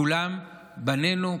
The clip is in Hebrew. כולם בנינו,